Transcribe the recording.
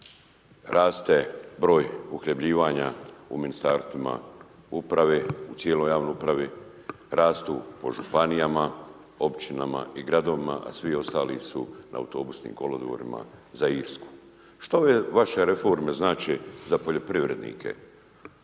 raste broj uhljebljivanja u ministarstvima, uprave, u cijeloj javnoj uporabi, rastu po županijama, općinama i gradovima a svi ostali su na autobusnim kolodvorima za Irsku. Što ove vaše reforme znače za poljoprivrednike